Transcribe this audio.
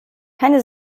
keine